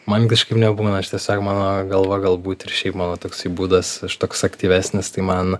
man kažkaip nebūna aš tiesiog mano galva galbūt ir šiaip mano toksai būdas toks aktyvesnis tai man